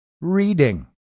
reading